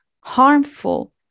harmful